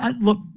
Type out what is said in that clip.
look